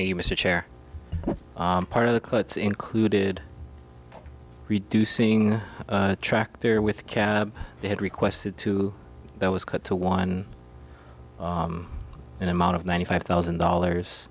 mr chair part of the cuts included reducing the tractor with cab they had requested to that was cut to one in amount of ninety five thousand dollars